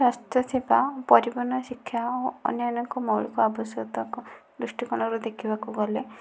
ସ୍ୱାସ୍ଥ୍ୟ ସେବା ପରିବହନ ଶିକ୍ଷା ଆଉ ଅନ୍ୟାନ୍ୟ ଏକ ମୌଳିକ ଆବଶ୍ୟକତା ଦୃଷ୍ଟିକୋଣରୁ ଦେଖିବାକୁ ଗଲେ